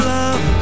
love